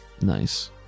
Nice